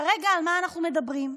כרגע, על מה אנחנו מדברים?